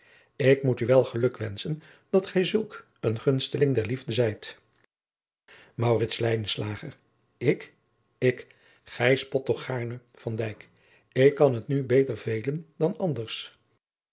ik moet u wel geluk wenschen dat gij zulk een gunsteling der liefde zijt maurits lijnslager ik ik gij spot toch gaarne van dijk ik kan het nu beter velen dan anders